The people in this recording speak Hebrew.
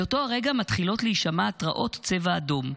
באותו רגע מתחילות להישמע התרעות צבע אדום,